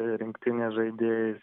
rinktinės žaidėjais